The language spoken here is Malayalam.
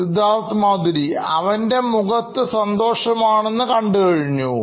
Siddharth Maturi CEO Knoin Electronics അവൻറെ മുഖത്ത് സന്തോഷം ആണെന്ന് കണ്ടു കഴിഞ്ഞു